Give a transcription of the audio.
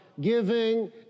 giving